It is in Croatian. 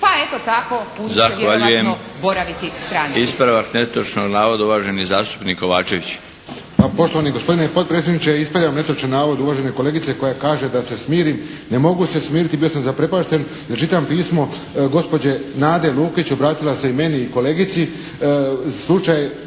pa eto tako u njima će vjerojatno boraviti stranci.